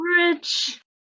rich